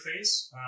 interface